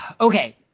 okay